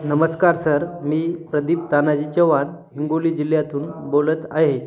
नमस्कार सर मी प्रदीप तानाजी चौहाण हिंगोली जिल्ह्यातून बोलत आहे